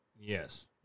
Yes